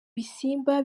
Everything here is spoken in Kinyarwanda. bisimba